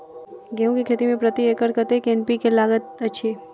गेंहूँ केँ खेती मे प्रति एकड़ कतेक एन.पी.के लागैत अछि?